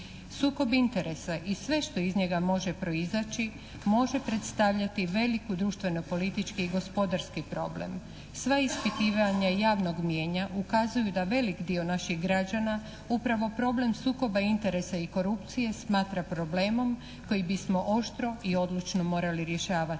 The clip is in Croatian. Sukob interesa i sve što iz njega može proizaći može predstavljati veliki društveno-politički i gospodarski problem. Sva ispitivanja javnog mnijenja ukazuju da velik dio naših građana upravo problem sukoba interesa i korupcije smatra problemom koji bismo oštro i odlučno morali rješavati.